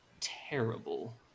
terrible